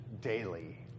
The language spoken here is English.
daily